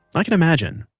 i can imagine,